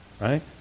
right